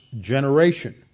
generation